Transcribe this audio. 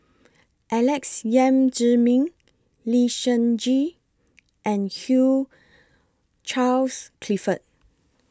Alex Yam Ziming Lee Seng Gee and Hugh Charles Clifford